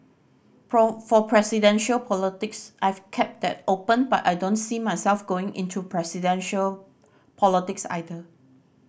for presidential politics I've kept that open but I don't see myself going into presidential politics either